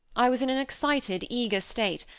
i was in an excited, eager state,